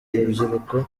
rubyiruko